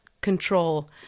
control